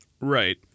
Right